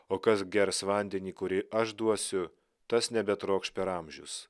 o kas gers vandenį kurį aš duosiu tas nebetrokš per amžius